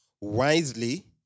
wisely